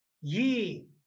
ye